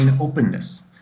openness